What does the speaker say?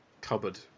cupboard